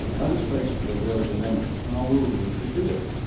i was faced with a real dilemma. how were we to do it?